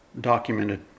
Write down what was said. documented